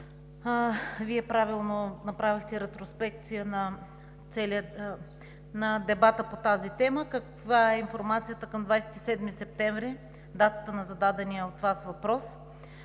Вие правилно направихте ретроспекция на дебата по тази тема. Каква е информацията към 27 септември – датата на зададения от Вас въпрос.